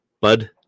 bud